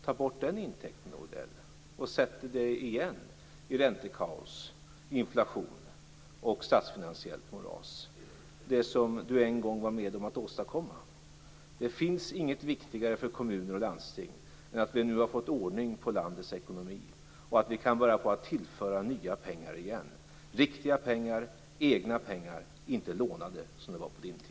Ta bort den intäkten, Mats Odell, och det blir återigen räntekaos, inflation och statsfinansiellt moras - det som Mats Odell en gång var med om att åstadkomma! Det finns inget viktigare för kommuner och landsting än att vi nu har fått ordning på landets ekonomi och att vi kan börja på att tillföra nya pengar igen, riktiga pengar, egna pengar - inte lånade som på Mats